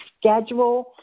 schedule